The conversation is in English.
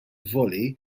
volley